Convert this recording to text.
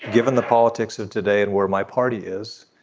given the politics of today and where my party is.